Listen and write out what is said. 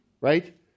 right